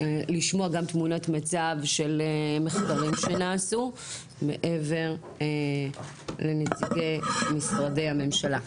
לשמוע גם תמונת מצב של מחקרים שנעשו מעבר לנציגי משרדי הממשלה.